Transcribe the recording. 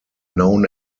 known